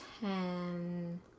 ten